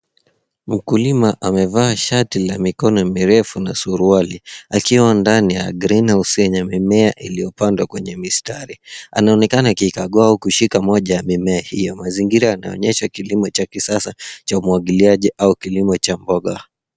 Mkulima amevaa shati la mikono mirefu na suruali, akiwa ndani ya green house yenye mimea iliyopandwa kwenye mistari. Anaonekana akikagua au kushika moja ya mimea hiyo. Mazingira yanaonyesha kilimo cha kisasa cha umwagiliaji au kilimo cha mboga.